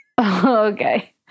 Okay